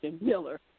Miller